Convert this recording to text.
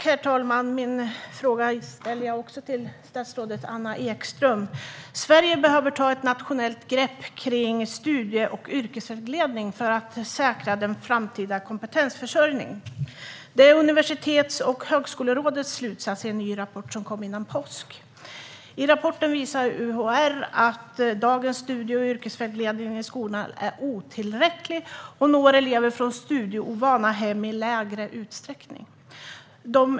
Herr talman! Även jag ställer min fråga till statsrådet Anna Ekström. Sverige behöver ta ett nationellt grepp om studie och yrkesvägledning för att säkra den framtida kompetensförsörjningen. Detta är Universitets och högskolerådets slutsats i en ny rapport som kom före påsk. I rapporten visar UHR att dagens studie och yrkesvägledning i skolorna är otillräcklig och når elever från studieovana hem i mindre utsträckning.